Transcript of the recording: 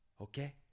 Okay